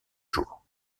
jour